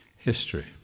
History